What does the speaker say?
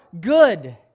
good